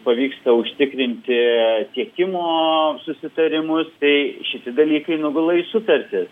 pavyksta užtikrinti tiekimo susitarimus bei šitie dalykai nugula į sutartis